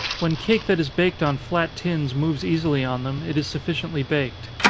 when cake that is baked on flat tins moves easily on them, it is sufficiently baked.